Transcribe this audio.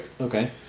Okay